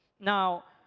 now,